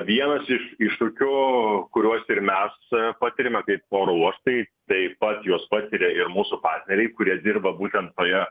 vienas iš iššūkių kuriuos ir mes patiriame kaip oro uostai taip pat juos patiria ir mūsų partneriai kurie dirba būtent toje